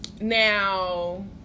Now